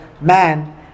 man